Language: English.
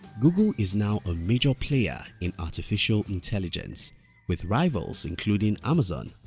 google is now a major player in artificial intelligence with rivals including amazon,